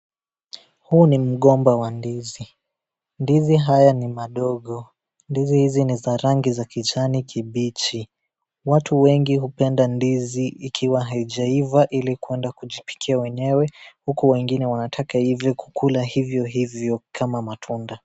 Huu ni mgomba wa ndizi. Mandizi haya ni madogo. Ndizi hizi ni za rangi ya kijani kimbichi. Watu wengi hupenda ndizi ikiwa haija iva ili kuenda kujipikia wenyewe, huku wengine wanataka iive kukula hivyo hivyo kama matunda.